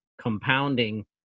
compounding